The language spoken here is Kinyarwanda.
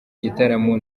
gitaramo